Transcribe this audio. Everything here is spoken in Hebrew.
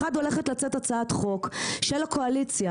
אחד הולכת לצאת הצעת חוק של הקואליציה